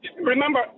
remember